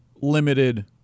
limited